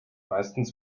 meistens